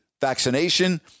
vaccination